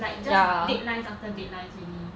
like just deadlines after deadlines already